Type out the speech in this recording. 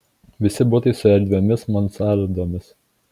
visi butai su erdviomis mansardomis